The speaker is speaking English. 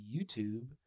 YouTube